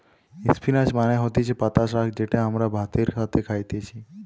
spinach মানে হতিছে পাতা শাক যেটা আমরা ভাতের সাথে খাইতেছি